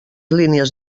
línies